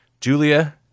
Julia